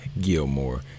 Gilmore